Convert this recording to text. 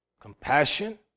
compassion